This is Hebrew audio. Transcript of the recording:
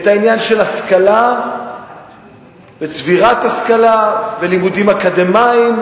העניין של השכלה וצבירת השכלה ולימודים אקדמיים,